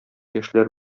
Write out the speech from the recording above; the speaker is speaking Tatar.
яшьләр